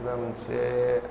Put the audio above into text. एबा मोनसे